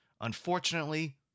Unfortunately